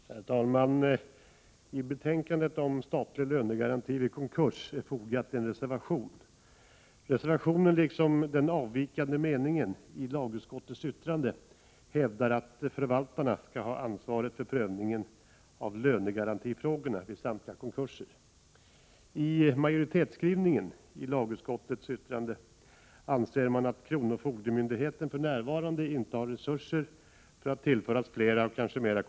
Herr talman! Till betänkandet om statlig lönegaranti vid konkurs är fogad en reservation. I reservationen, liksom i den avvikande meningen ilagutskottets yttrande, hävdas att förvaltarna skall ha ansvaret för prövningen av lönegarantifrågorna vid samtliga konkurser. I majoritetsskrivningen i lagutskottets yttrande påpekas att kronofogde myndigheten för närvarande inte har resurser för att tillföras fler och kanske — Prot.